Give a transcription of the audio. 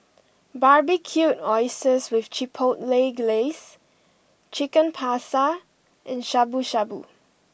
Barbecued Oysters with Chipotle Glaze Chicken Pasta and Shabu Shabu